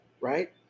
right